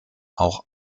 auch